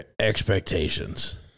expectations